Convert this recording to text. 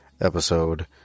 episode